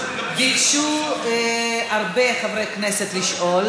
ביקשו הרבה חברי כנסת לשאול,